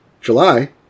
July